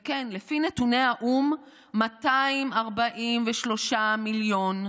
וכן, לפי נתוני האו"ם, 243 מיליון,